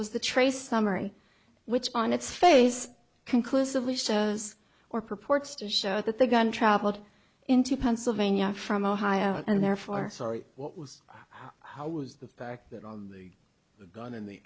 was the trace summary which on its face conclusively shows or purports to show that the gun traveled into pennsylvania from ohio and therefore sorry what was how was the fact that a gun in the